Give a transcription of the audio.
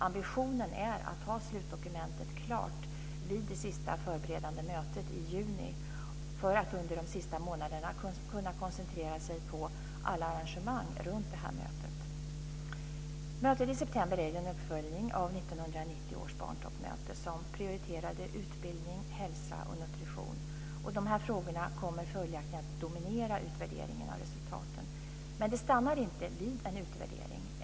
Ambitionen är att ha slutdokumentet klart vid det sista förberedande mötet i juni för att man under de sista månaderna ska kunna koncentrera sig på alla arrangemang runt mötet. Mötet i september är en uppföljning av 1990 års barntoppmöte, som prioriterade utbildning, hälsa och nutrition. Dessa frågor kommer följaktligen att dominera utvärderingen av resultaten. Men det stannar inte vid en utvärdering.